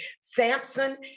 Samson